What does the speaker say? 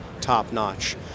top-notch